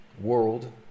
world